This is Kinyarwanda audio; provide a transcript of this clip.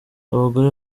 abagore